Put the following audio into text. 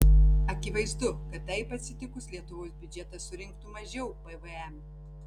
akivaizdu kad taip atsitikus lietuvos biudžetas surinktų mažiau pvm